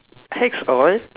axe oil